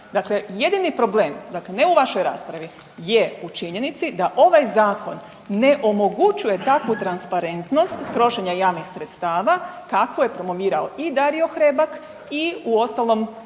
jedini problem, dakle ne u vašoj raspravi je u činjenici da ovaj Zakon ne omogućuje takvu transparentnost trošenja javnih sredstava kakvu je promovirao i Dario Hrebak i uostalom,